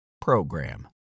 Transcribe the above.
program